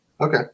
Okay